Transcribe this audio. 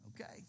Okay